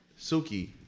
Suki